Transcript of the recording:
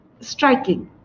striking